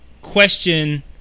question